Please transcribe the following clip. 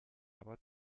aber